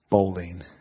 Bowling